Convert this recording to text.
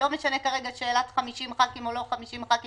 ולא משנה כרגע שאלת 50 חברי כנסת או לא 50 חברי